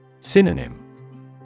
Synonym